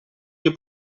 che